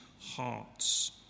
hearts